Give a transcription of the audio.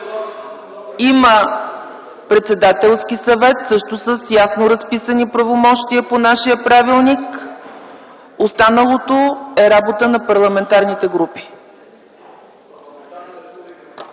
Има Председателски съвет с ясно разписани правомощия по нашия правилник. Останалото е работа на парламентарните групи.